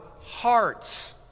hearts